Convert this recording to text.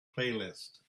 playlist